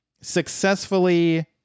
successfully